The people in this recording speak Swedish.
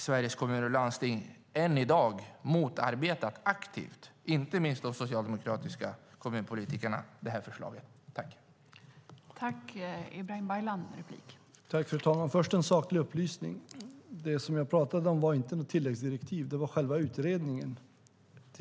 Sveriges Kommuner och Landsting, inte minst de socialdemokratiska kommunpolitikerna, har aktivt motarbetat det här förslaget och gör så än i dag.